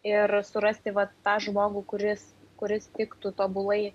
ir surasti vat tą žmogų kuris kuris tiktų tobulai